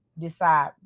decide